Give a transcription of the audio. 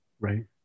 Right